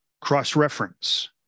Cross-reference